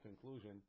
conclusion